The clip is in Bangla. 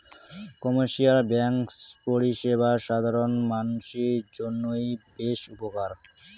কোমার্শিয়াল ব্যাঙ্ক পরিষেবা সাধারণ মানসির জইন্যে বেশ উপকার